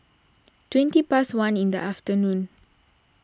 twenty past one in the afternoon